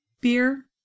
beer